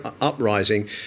uprising